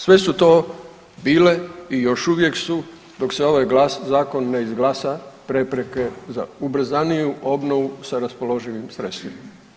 Sve su to bile i još uvijek su dok se ovaj glas, zakon ne izglasa prepreke za ubrzaniju obnovu sa raspoloživim sredstvima.